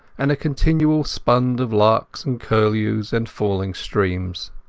and a continual sound of larks and curlews and falling streams.